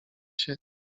się